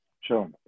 Sure